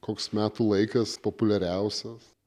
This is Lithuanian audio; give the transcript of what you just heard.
koks metų laikas populiariausias